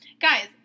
Guys